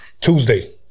Tuesday